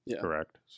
correct